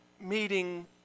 meeting